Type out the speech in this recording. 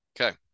Okay